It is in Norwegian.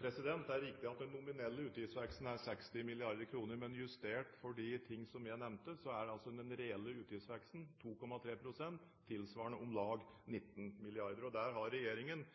Det er riktig at den nominelle utgiftsveksten er 60 mrd. kr. Men justert for de tingene jeg nevnte, er den reelle utgiftsveksten 2,3 pst., tilsvarende om lag 19 mrd. kr, og der har regjeringen